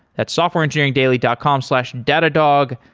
that's software engineering daily dot com slash datadog.